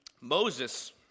Moses